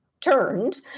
turned